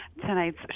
tonight's